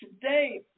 today